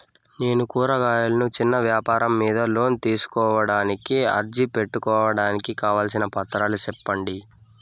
నేను కూరగాయలు చిన్న వ్యాపారం మీద లోను తీసుకోడానికి అర్జీ పెట్టుకోవడానికి కావాల్సిన పత్రాలు సెప్పండి?